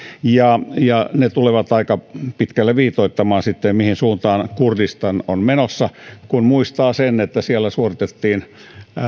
ja ja ne tulevat aika pitkälle viitoittamaan sitten mihin suuntaan kurdistan on menossa kun muistaa sen että siellä suoritettiin